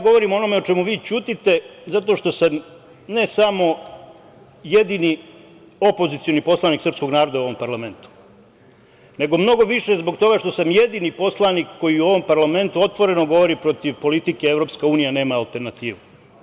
Govorim o onome o čemu vi ćutite zato što sam ne samo jedini opozicioni poslanik srpskog naroda u ovom parlamentu, nego mnogo više zbog toga što sam jedini poslanik koji u ovom parlamentu otvoreno govori protiv politike EU nema alternativu.